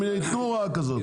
הם יתנו הוראה כזאת,